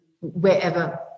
wherever